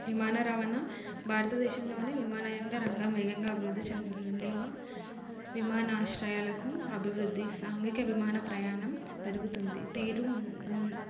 విమాన రవాణా భారతదేశంలోని విమానయాన రంగం వేగంగా అభివృద్ధి చెందుతుంది నిల్వ విమానాశ్రయాలకు అభివృద్ధి సాంఘిక విమాన ప్రయాణం పెరుగుతుంది తీరు ఉ